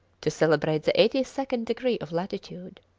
to celebrate the eighty second degree of latitude.